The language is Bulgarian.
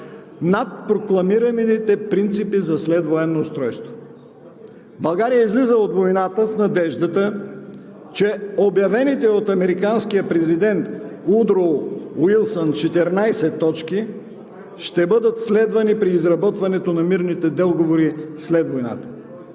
над прокламираните принципи за следвоенно устройство. България излиза от войната с надеждата, че обявените от американския президент Удроу Уилсън 14 точки ще бъдат следвани при изработването на мирните договори след войната.